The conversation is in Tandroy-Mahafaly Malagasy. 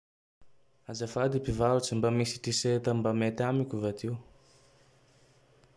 Azafady mpivarotsy mba misy tiserta mba mety amiko va ty io?